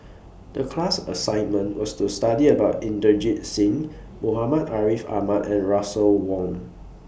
The class assignment was to study about Inderjit Singh Muhammad Ariff Ahmad and Russel Wong